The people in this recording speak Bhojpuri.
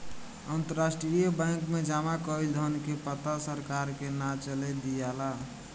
अंतरराष्ट्रीय बैंक में जामा कईल धन के पता सरकार के ना चले दियाला